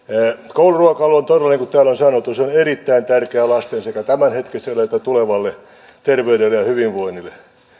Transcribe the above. kouluruokailu on todella niin kuin täällä on sanottu erittäin tärkeää lasten sekä tämänhetkiselle että tulevalle terveydelle ja hyvinvoinnille